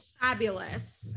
Fabulous